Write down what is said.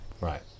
Right